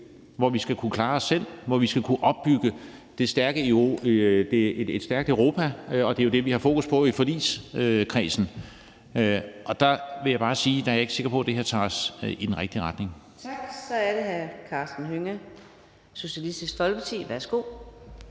hvor vi skal kunne klare os selv, hvor vi skal kunne opbygge et stærkt Europa, og det er jo det, vi har fokus på i forligskredsen. Der vil jeg bare sige, at jeg ikke er sikker på, at det her tager os med i den rigtige retning. Kl. 11:13 Fjerde næstformand (Karina Adsbøl): Tak. Så er det hr. Karsten Hønge, Socialistisk Folkeparti. Værsgo.